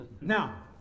Now